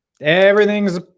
everything's